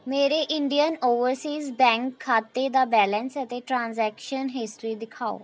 ਮੇਰੇ Indian Overseas Bank ਖਾਤੇ ਦਾ ਬੈਲੇਂਸ ਅਤੇ ਟ੍ਰਾਂਜੈਕਸ਼ਨ ਹਿਸਟਰੀ ਦਿਖਾਓ